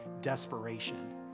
desperation